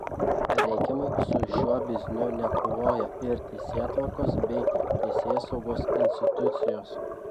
reikiamai su šiuo bizniu nekovoja ir teisėtvarkos bei teisėsaugos institucijos